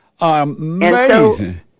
Amazing